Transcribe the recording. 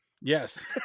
Yes